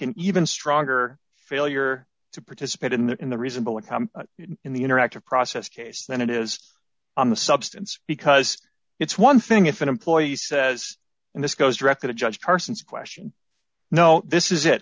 an even stronger failure to participate in the in the reasonable income in the interactive process case than it is on the substance because it's one thing if an employee says and this goes directly to judge parsons question no this is it